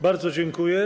Bardzo dziękuję.